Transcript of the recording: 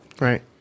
right